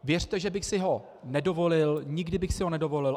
Věřte mi, že bych si ho nedovolil, nikdy bych si ho nedovolil.